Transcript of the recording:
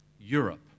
Europe